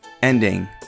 ending